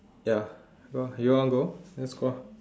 ya go you want to go let's go ah